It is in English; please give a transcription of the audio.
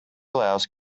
allows